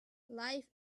life